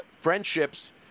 friendships